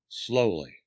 slowly